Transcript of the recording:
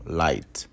light